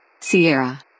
Sierra